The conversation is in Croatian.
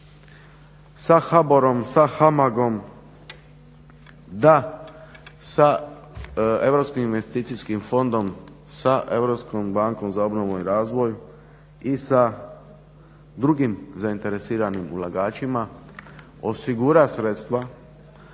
sa HBOR-om, sa HAMAG-om da sa Europskim investicijskim fondom, sa Europskom bankom za obnovu i razvoj i sa drugim zainteresiranim ulagačima osigura sredstva